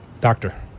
Doctor